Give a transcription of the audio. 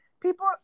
people